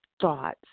thoughts